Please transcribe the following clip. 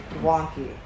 wonky